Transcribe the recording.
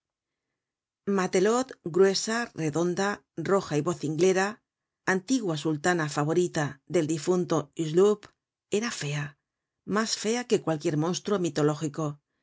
matelote gruesa redonda roja y vocinglera antigua sultana favorita del difunto hucheloup era fea mas fea que cualquier monstruo mitológico